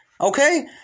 Okay